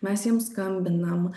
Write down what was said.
mes jiem skambinam